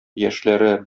яшьләре